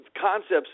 concepts